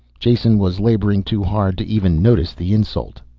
jason was laboring too hard to even notice the insult.